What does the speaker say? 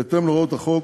בהתאם להוראות החוק,